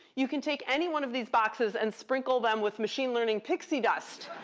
you can take any one of these boxes, and sprinkle them with machine learning pixie dust,